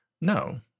No